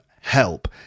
Help